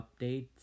updates